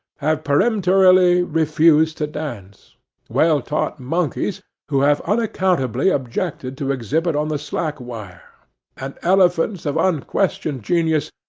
have peremptorily refused to dance well-taught monkeys, who have unaccountably objected to exhibit on the slack wire and elephants of unquestioned genius,